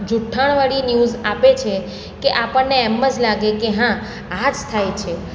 જુઠ્ઠાણવાળી news આપે છે કે આપણને એમ જ લાગે કે હા આ જ થાય છે